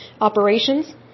Operations